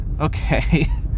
Okay